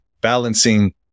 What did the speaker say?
balancing